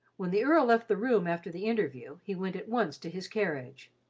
when the earl left the room after the interview, he went at once to his carriage.